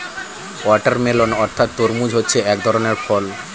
watermelon অর্থাৎ তরমুজ হচ্ছে এক ধরনের ফল